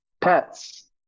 pets